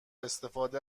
استفاده